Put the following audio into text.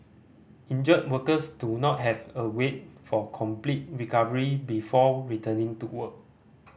injured workers do not have await for complete recovery before returning to work